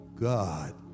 God